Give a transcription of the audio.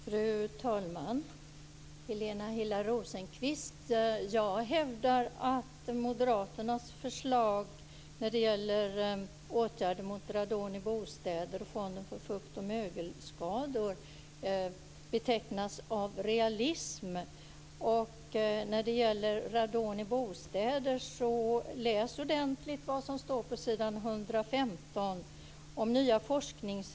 Fru talman! Jag hävdar att moderaternas förslag när det gäller åtgärder mot radon i bostäder och fonden för fukt och mögelskador betecknas av realism, Läs ordentligt vad som står på s. 115 om nya forskningsrön när det gäller radon i bostäder.